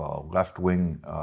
left-wing